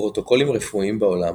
פרוטוקולים רפואיים בעולם